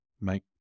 make